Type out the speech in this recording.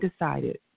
decided